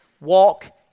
walk